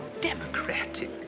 democratic